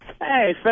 Hey